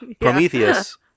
Prometheus